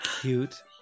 cute